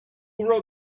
wrote